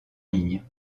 ligne